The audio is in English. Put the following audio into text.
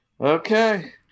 Okay